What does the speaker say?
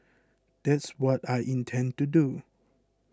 that's what I intend to do